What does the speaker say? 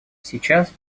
сейчас